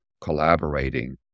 collaborating